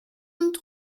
und